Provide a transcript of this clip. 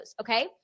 okay